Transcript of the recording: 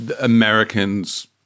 Americans